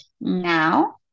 now